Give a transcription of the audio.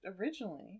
originally